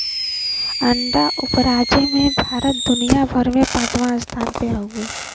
अंडा उपराजे में भारत दुनिया भर में पचवां स्थान पर हउवे